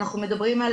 אנחנו מדברים על